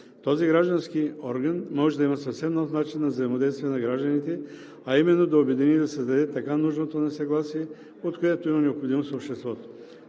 Този граждански орган може да има съвсем нов начин на взаимодействие на гражданите, а именно да обедини и да създаде така нужното ни съгласие, от което има необходимост обществото.